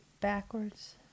Backwards